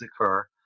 occur